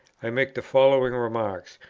i make the following remarks,